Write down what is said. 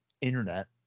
internet